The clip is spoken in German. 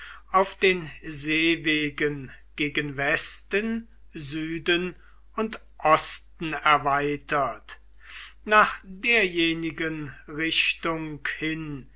auf den seewegen gegen westen süden und osten erweitert nach derjenigen richtung hin